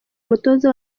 umutoza